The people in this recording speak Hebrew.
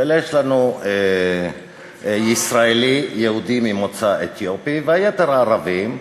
שיש לנו ישראלי יהודי ממוצא אתיופי והיתר ערבים,